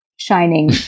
Shining